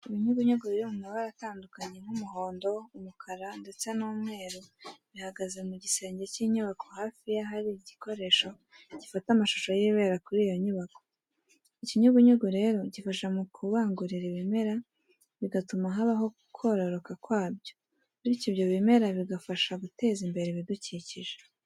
Ibinyugunyugu biri mu mabara atandukanye nk'umuhondo, umukara ndetse n'umweru bihagaze mu gisenge cy'inyubako hafi y'ahari igikoresho gifata amashusho y'ibibera kuri iyo nyubako. Ikinyugunyugu rero gifasha mu kubangurira ibimera bigatuma habaho kororoka kwabyo bityo ibyo bimera bigafasha guteza imbere ibidukikije.